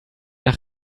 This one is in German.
nach